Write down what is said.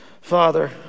Father